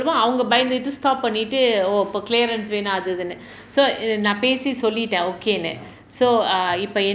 அவங்க பயந்துட்டு:avanga bayanthuttu stop பண்ணிட்டு:pannittu oh இப்போ:ippo clearance வேண்டாம் அது அதுன்னா:vendaam athu athunnu so அது நான் பேசி சொல்லிட்டேன்:athu naan pesi sollittaen okay ன்னு:nnu so uh இப்போ:ippo